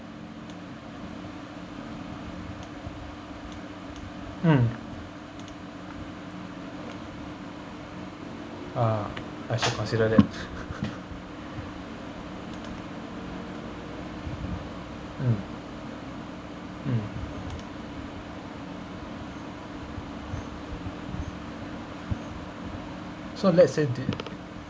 mm ah I should consider that mm mm so let's say